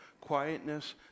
quietness